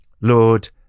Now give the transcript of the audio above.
Lord